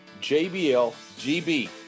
JBLGB